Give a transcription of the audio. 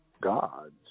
gods